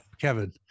Kevin